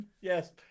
yes